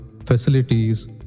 facilities